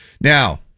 now